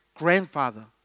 grandfather